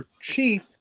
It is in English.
chief